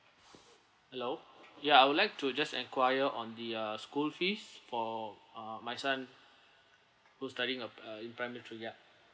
hello ya I would like to just enquire on the uh school fees for uh my son who's studying uh p~ uh in primary three ya